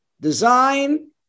design